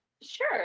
sure